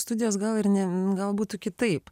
studijos gal ir ne gal būtų kitaip